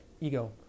ego